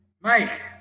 Mike